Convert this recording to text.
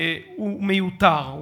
הוא מיותר,